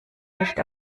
nicht